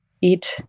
eat